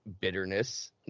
bitterness